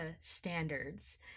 standards